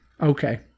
Okay